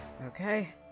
Okay